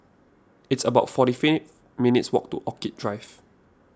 it's about forty three minutes' walk to Orchid Drive